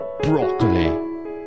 broccoli